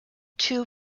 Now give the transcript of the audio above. two